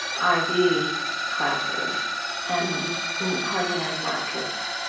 ib classes and hardly any black kids.